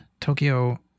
Tokyo